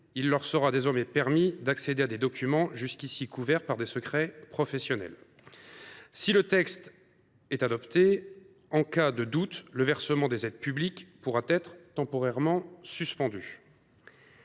Il leur sera désormais permis d’accéder à des documents jusqu’ici couverts par le secret professionnel. Si la proposition de loi est adoptée, le versement des aides publiques pourra être temporairement suspendu